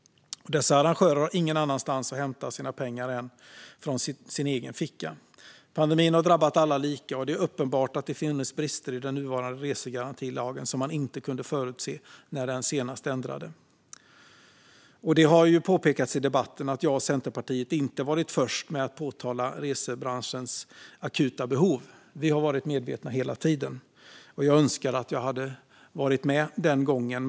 Dessa arrangörer har ingen annanstans att hämta pengar än från sin egen ficka. Pandemin har drabbat alla lika, och det är uppenbart att det funnits brister i den nuvarande resegarantilagen som man inte kunde förutse när den senast ändrades. Det har påpekats i debatten att jag och Centerpartiet inte varit först med att påtala resebranschens akuta behov, men vi har varit medvetna hela tiden. Jag önskar att jag hade varit med den gången.